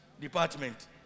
department